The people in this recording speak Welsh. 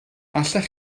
allech